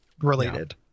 related